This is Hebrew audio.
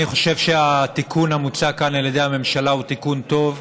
אני חושב שהתיקון המוצע כאן על ידי הממשלה הוא תיקון טוב,